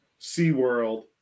SeaWorld